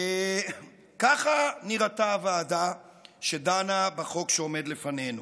ככה נראתה הוועדה שדנה בחוק שעומד לפנינו.